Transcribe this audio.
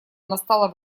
настало